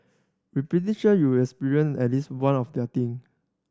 we pretty sure you has experienced at least one of they are thing